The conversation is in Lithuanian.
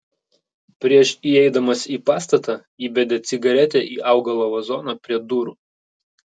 prieš įeidamas į pastatą įbedė cigaretę į augalo vazoną prie durų